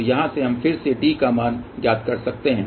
तो यहाँ से हम फिर से D का मान ज्ञात कर सकते हैं